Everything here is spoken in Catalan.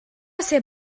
ser